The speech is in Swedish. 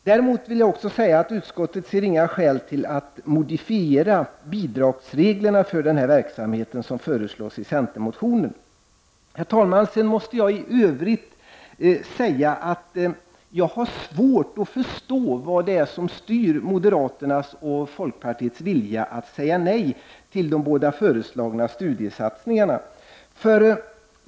Utskottet ser däremot inga skäl till att modifiera bidragsreglerna för denna verksamhet, något som föreslås i centermotionen. Herr talman! I övrigt måste jag säga att jag har svårt att förstå vad som styr moderaternas och folkpartiets vilja att säga nej till de båda föreslagna studiesatsningarna.